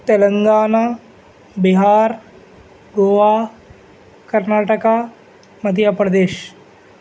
Telangana Bihar Goa Karnataka Madhya Pradesh